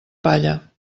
palla